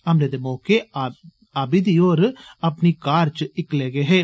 हमले दे मौके अबीदी होर अपनी कार च इक्कलै गै हे